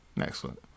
Excellent